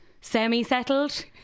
semi-settled